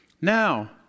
Now